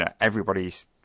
everybody's